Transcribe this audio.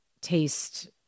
taste